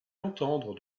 entendre